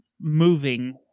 moving